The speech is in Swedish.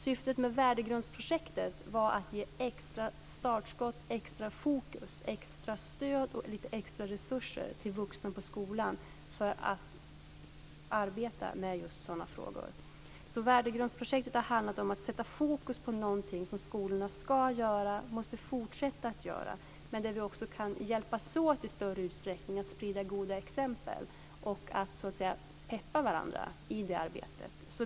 Syftet med Värdegrundsprojektet var att ge extra startskott, extra fokus, extra stöd och lite extra resurser till vuxna på skolan för att arbeta med just sådana frågor. Värdegrundsprojektet har handlat om att sätta fokus på någonting som skolorna ska göra och måste fortsätta att göra, men där vi också i större utsträckning kan hjälpas åt att sprida goda exempel och att peppa varandra i det arbetet.